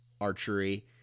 Archery